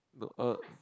no er